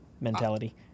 mentality